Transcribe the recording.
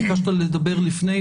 ביקשת לדבר לפני,